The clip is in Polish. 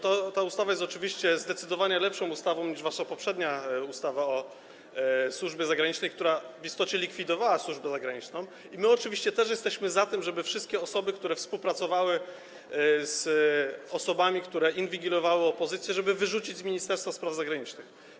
Ta ustawa jest oczywiście zdecydowanie lepszą ustawą niż wasza poprzednia ustawa o służbie zagranicznej, która w istocie likwidowała służbę zagraniczną, i my oczywiście też jesteśmy za tym, żeby wszystkie osoby, które współpracowały z osobami, które inwigilowały opozycję, wyrzucić z Ministerstwa Spraw Zagranicznych.